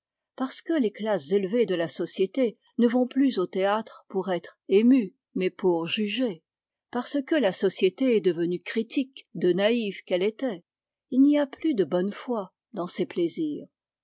parce que les classes élevées de la société ne vont plus au théâtre pour être émues mais pour juger parce que la société est devenue critique de naïve qu'elle était il n'y a plus de bonne foi dans ses plaisirs